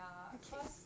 of course